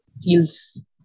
feels